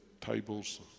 tables